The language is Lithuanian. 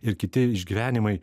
ir kiti išgyvenimai